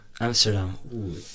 amsterdam